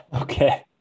Okay